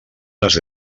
les